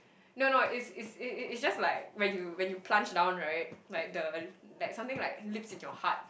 no no is is is is is just like when you when you plunge down right like the like something like leaps in your heart